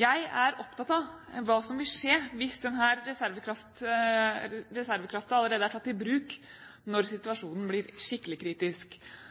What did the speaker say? Jeg er opptatt av hva som vil skje hvis denne reservekraften allerede er tatt i bruk når situasjonen blir skikkelig kritisk.